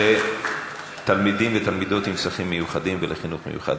בית-ספר לתלמידים ותלמידות עם צרכים מיוחדים ולחינוך מיוחד.